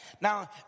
now